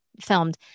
filmed